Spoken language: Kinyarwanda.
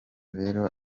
rero